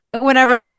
whenever